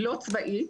לא צבאית,